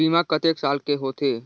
बीमा कतेक साल के होथे?